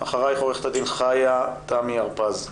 אחריך עורכת הדין חיה תמי הרפז.